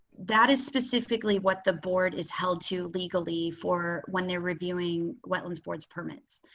that is specifically what the board is held to legally for when they're reviewing wetlands boards permits.